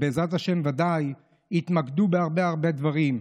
ובעזרת השם ודאי יתמקדו בהרבה הרבה דברים.